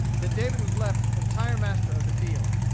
that david was left entire master of the field.